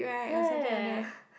ya